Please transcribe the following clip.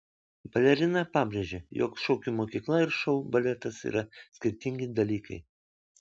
balerina pabrėžė jog šokių mokykla ir šou baletas yra skirtingi dalykai